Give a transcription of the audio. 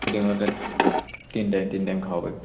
ফুডিঙৰ তাত তিনি টাইম তিনি টাইম খাব পাৰিম